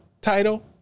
title